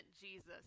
Jesus